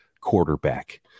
quarterback